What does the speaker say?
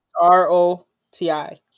R-O-T-I